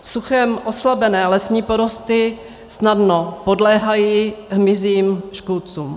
Suchem oslabené lesní porosty snadno podléhají hmyzím škůdcům.